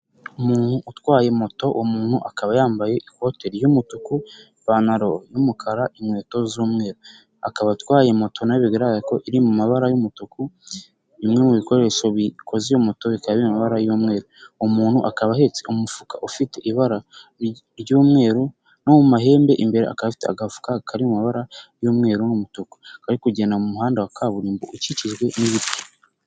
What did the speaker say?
Umuntu utwaye moto, uwo muntu akaba yambaye ikote ry'umutuku, ipantaro y'umukara, inkweto z'umweru. Akaba atwaye moto na nayo iri mu mabara y'umutuku, bimwe mu bikoresho bikoze moto bikababara y'umweru. Uwo muntu akaba ahetse umufuka ufite ibara ry'umweru no mu mahembe imbere akaba afite agafuka kari mabara y'umweru n'umutuku. Akaba ari kugenda mu muhanda wa kaburimbo ukikijwe n'ibiti.